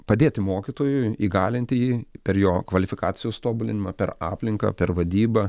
padėti mokytojui įgalinti jį per jo kvalifikacijos tobulinimą per aplinką per vadybą